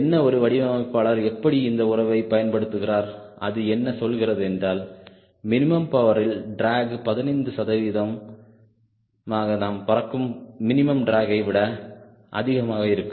என்ன ஒரு வடிவமைப்பாளர் எப்படி இந்த உறவை பயன்படுத்துகிறார்அது என்ன சொல்கிறது என்றால் மினிமம் பவரில் டிராக் 15 சதவீதம் நாம் பறக்கும் மினிமம் டிராகை விட அதிகமாக இருக்கும்